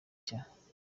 cya